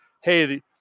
hey